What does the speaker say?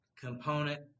component